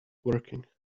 working